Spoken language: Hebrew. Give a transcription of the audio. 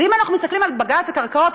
ואם אנחנו מסתכלים על בג"ץ הקרקעות,